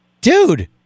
dude